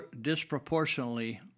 disproportionately